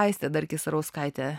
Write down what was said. aistė dar kisarauskaitė